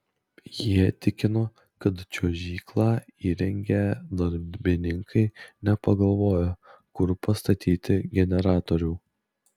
jie tikino kad čiuožyklą įrengę darbininkai nepagalvojo kur pastatyti generatorių